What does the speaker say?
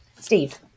Steve